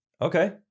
Okay